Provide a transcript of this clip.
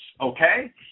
okay